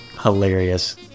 Hilarious